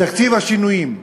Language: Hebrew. תקציב השינויים.